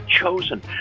chosen